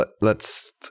Let's-